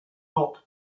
not